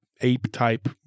ape-type